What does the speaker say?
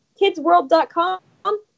kidsworld.com